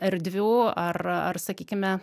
erdvių ar ar sakykime